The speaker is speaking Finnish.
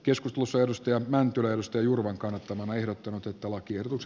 jos kulutusverosta ja näin tulee lustojurvan kannattamana ehdottanut että lakiehdotus